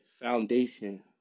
foundation